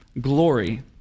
glory